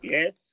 Yes